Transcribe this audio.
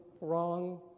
wrong